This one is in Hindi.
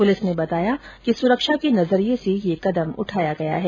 पुलिस ने बताया कि सुरक्षा के नजरिये से ये कदम उठाया गया है